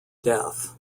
death